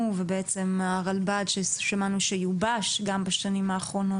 ובעצם הרלב"ד ששמענו שיובש גם בשנים האחרונות.